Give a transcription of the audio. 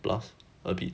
plus a bit